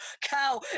cow